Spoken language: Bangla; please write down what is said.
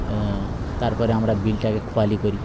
তারপরে আমরা বিলটাকে খোয়ালি করি